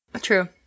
True